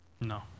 No